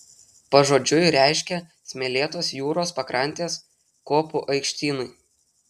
pažodžiui reiškia smėlėtos jūros pakrantės kopų aikštynai